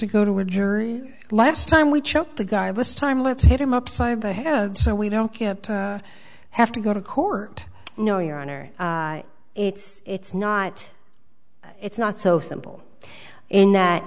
to go to a jury last time we checked the guy was time let's hit him upside the head so we don't have to go to court no your honor it's it's not it's not so simple in that